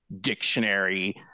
dictionary